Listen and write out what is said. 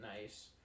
nice